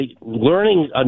learning